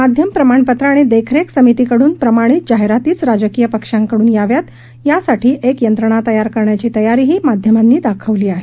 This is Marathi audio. माध्यम प्रमाणापत्र आणि देखरेख समितीकडून प्रमाणित जाहिरातीचं राजकीय पक्षांकडून याव्यात यासाठी एक यंत्रणा तयार करण्याची तयारीही ही माध्यमांनी दाखवली आहे